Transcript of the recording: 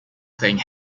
thing